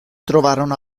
trovarono